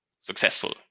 successful